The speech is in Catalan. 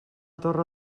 torre